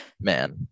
man